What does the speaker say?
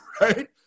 right